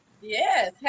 yes